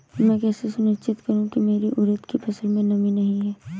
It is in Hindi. मैं कैसे सुनिश्चित करूँ की मेरी उड़द की फसल में नमी नहीं है?